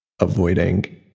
avoiding